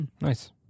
Nice